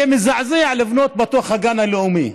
זה מזעזע לבנות בתוך הגן הלאומי,